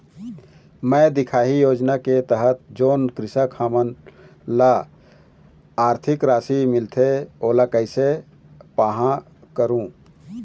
मैं दिखाही योजना के तहत जोन कृषक हमन ला आरथिक राशि मिलथे ओला कैसे पाहां करूं?